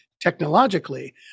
technologically